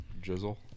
Drizzle